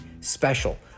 special